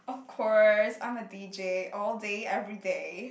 of course I'm a D_J all day everyday